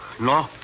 No